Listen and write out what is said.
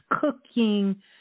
cooking